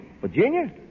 Virginia